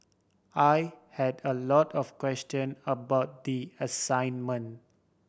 I had a lot of question about the assignment